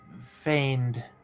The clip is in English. feigned